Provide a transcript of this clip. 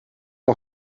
nog